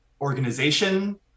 organization